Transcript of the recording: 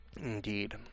Indeed